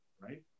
right